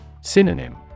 Synonym